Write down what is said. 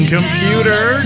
Computer